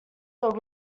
were